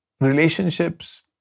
Relationships